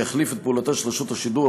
שיחליף את פעולתה של רשות השידור,